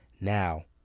Now